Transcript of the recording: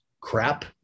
crap